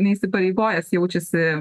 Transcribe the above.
neįsipareigojęs jaučiasi